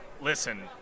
Listen